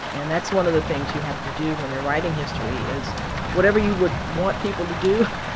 and that's one of the things you have to do when you're writing history is whatever you would want people to do,